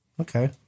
Okay